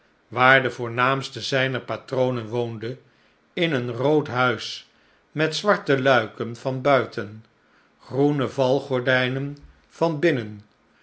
de voornaamste zijner patronen woonde in een rood huis met zwarte luiken van buiten groene valgordijnen van binnen